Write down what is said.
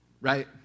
right